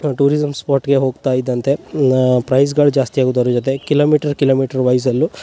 tourism ಸ್ಪಾಟ್ಗೆ ಹೊಗ್ತಾ ಇದ್ದಂತೆ ಪ್ರೈಸ್ಗಳ ಜಾಸ್ತಿ ಆಗುದರ ಜೊತೆ ಕಿಲೋಮೀಟ್ರ್ ಕಿಲೋಮೀಟ್ರ್ ವೈಸಲ್ಲು